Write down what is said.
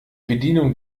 bedienung